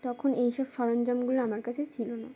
তখন এই সব সরঞ্জামগুলো আমার কাছে ছিল না